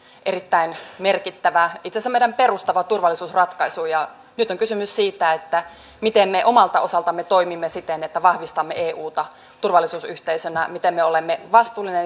erittäin merkittävä itse asiassa meidän perustava turvallisuusratkaisu nyt on kysymys siitä miten me omalta osaltamme toimimme siten että vahvistamme euta turvallisuusyhteisönä miten me me olemme vastuullinen